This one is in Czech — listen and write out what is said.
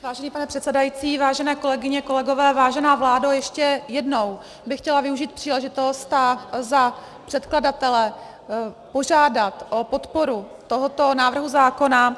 Vážený pane předsedající, vážené kolegyně, kolegové, vážená vládo, ještě jednou bych chtěla využít příležitost a za předkladatele požádat o podporu tohoto návrhu zákona.